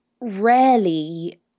rarely